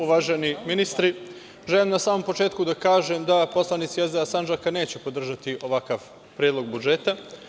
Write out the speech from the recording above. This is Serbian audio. Uvaženi ministri, želim na samom početku da kažem da poslanici SDA Sandžaka neće podržati ovakav predlog budžeta.